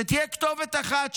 שתהיה כתובת אחת,